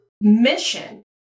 mission